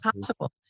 possible